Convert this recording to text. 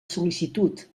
sol·licitud